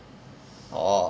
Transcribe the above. orh